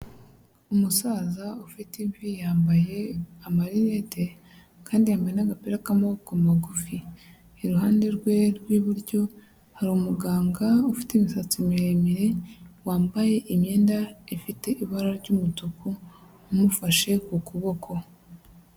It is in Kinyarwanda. Umusaza ufite imvi yambaye amarinete kandi yambaye n'agapira k'amaboko magufi, iruhande rwe rw'iburyo hari umuganga ufite imisatsi miremire, wambaye imyenda ifite ibara ry'umutuku umufashe ku kuboko.